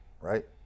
right